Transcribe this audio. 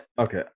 Okay